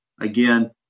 Again